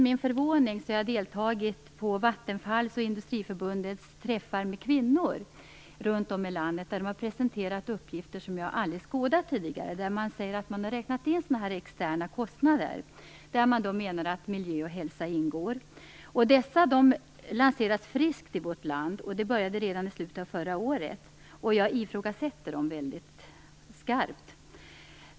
Jag har deltagit på Vattenfalls och Industriförbundets träffar med kvinnor runt om i landet, och där har man presenterat uppgifter som jag aldrig har skådat tidigare. Man har där räknat in olika externa kostnader, exempelvis miljö och hälsa. Dessa uppgifter lanseras friskt i vårt land - det påbörjades redan i slutet av förra året - och jag ifrågasätter dem väldigt skarpt.